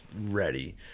ready